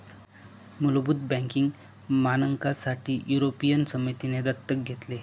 मुलभूत बँकिंग मानकांसाठी युरोपियन समितीने दत्तक घेतले